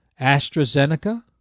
AstraZeneca